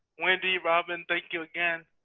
wendy, robin, thank you again.